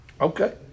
Okay